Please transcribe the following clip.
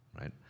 right